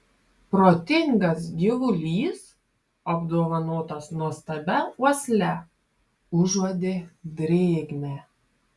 protingas gyvulys apdovanotas nuostabia uosle užuodė drėgmę